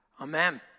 Amen